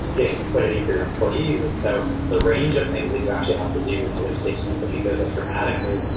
getting liquidity for your employees. and so the range of things that you actually have to do in a late stage company goes up dramatically,